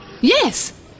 Yes